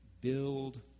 build